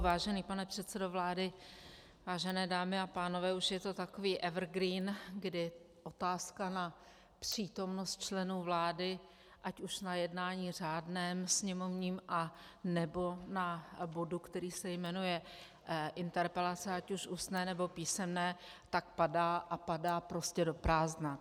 Vážený pane předsedo vlády, vážené dámy a pánové, už je to takový evergreen, kdy otázka na přítomnost členů vlády, ať už na jednání řádném sněmovním, anebo na bodu, který se jmenuje interpelace, ať už ústní, nebo písemné, tak padá a padá prostě do prázdna.